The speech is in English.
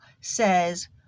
says